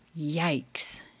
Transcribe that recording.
Yikes